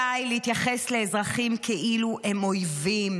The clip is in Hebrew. די להתייחס לאזרחים כאילו הם אויבים.